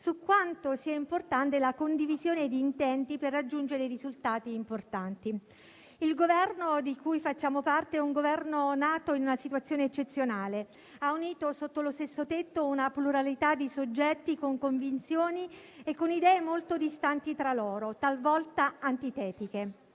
su quanto sia importante la condivisione di intenti per raggiungere risultati importanti. Il Governo di cui facciamo parte è nato in una situazione eccezionale e ha unito sotto lo stesso tetto una pluralità di soggetti con convinzioni e con idee molto distanti tra loro, talvolta antitetiche.